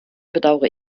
bedauere